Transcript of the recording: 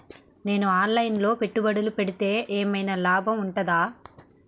నేను online లో పెట్టుబడులు పెడితే ఏమైనా లాభం ఉంటదా?